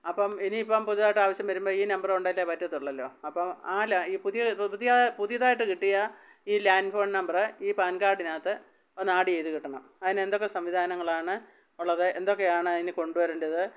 അപ്പം ഇനിയിപ്പം പുതിയതായിട്ടാവശ്യം വരുമ്പോൾ ഈ നമ്പറ് കൊണ്ടല്ലേ പറ്റത്തുള്ളല്ലോ അപ്പം ആ ലാ ആ ഈ പുതിയ പുതിയ പുതിയതായിട്ട് കിട്ടിയ ഈ ലാൻഡ് ഫോൺ നമ്പറ് ഈ പാൻ കാർഡിനകത്ത് ഒന്ന് ആഡ് ചെയ്ത് കിട്ടണം അതിനെന്തൊക്കെ സംവിധാനങ്ങളാണ് ഉള്ളത് എന്തൊക്കെയാണ് അതിന് കൊണ്ടുവരേണ്ടത്